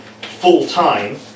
full-time